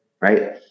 right